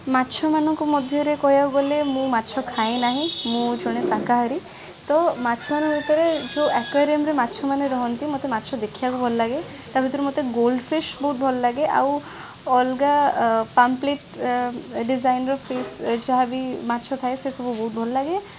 ମାଛମାନଙ୍କ ମଧ୍ୟରେ କହିବାକୁ ଗଲେ ମୁଁ ମାଛ ଖାଏ ନାହିଁ ମୁଁ ଜଣେ ଶାକାହାରୀ ତ ମାଛମାନଙ୍କ ଭିତରେ ଯେଉଁ ଆକ୍ଵାରିୟମ୍ରେ ମାଛ ମାନେ ରହନ୍ତି ମୋତେ ମାଛ ଦେଖିବାକୁ ଭଲ ଲାଗେ ତା'ଭିତରୁ ମୋତେ ଗୋଲ୍ଡ ଫିସ୍ ବହୁତ ଭଲ ଲାଗେ ଆଉ ଅଲଗା ଏ ପାମ୍ପଲେଟ୍ ଏ ଡିଜାଇନ୍ର ଫିସ୍ ଯାହା ବି ମାଛ ଥାଏ ସେସବୁ ବହୁତ ଭଲ ଲାଗେ